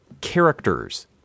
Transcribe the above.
characters